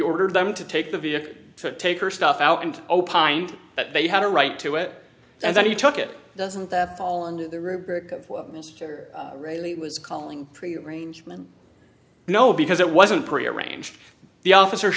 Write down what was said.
ordered them to take the vehicle to take her stuff out and opined that they had a right to it and that he took it doesn't that fall under the rubric of what mr riley was calling prearrangement no because it wasn't pre arranged the officer